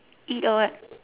eat or what